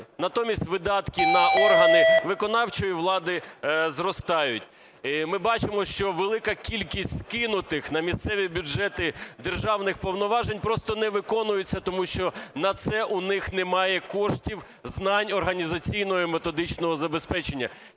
натомість видатки на органи виконавчої влади зростають. Ми бачимо, що велика кількість кинутих на місцеві бюджети державних повноважень просто не виконується, тому що на це у них немає коштів, знань, організаційного і методичного забезпечення.